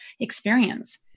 experience